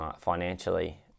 financially